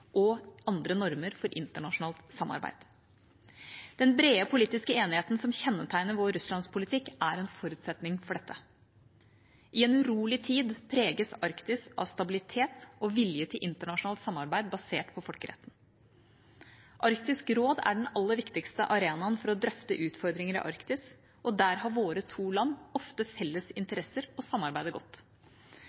og andre normer for internasjonalt samarbeid. Den brede politiske enigheten som kjennetegner vår Russlands-politikk, er en forutsetning for dette. I en urolig tid preges Arktis av stabilitet og vilje til internasjonalt samarbeid basert på folkeretten. Arktisk råd er den aller viktigste arenaen for å drøfte utfordringer i Arktis, og der har våre to land ofte felles interesser og samarbeider godt.